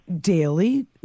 daily